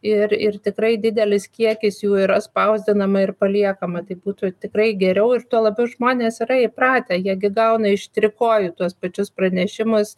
ir ir tikrai didelis kiekis jų yra spausdinama ir paliekama tai būtų tikrai geriau ir tuo labiau žmonės yra įpratę jie gi gauna iš trikojų tuos pačius pranešimus